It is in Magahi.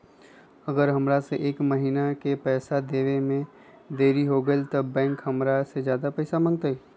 अगर हमरा से एक महीना के पैसा देवे में देरी होगलइ तब बैंक हमरा से ज्यादा पैसा मंगतइ?